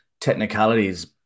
technicalities